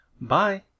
Bye